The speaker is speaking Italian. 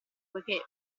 poiché